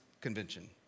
Convention